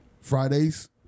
Fridays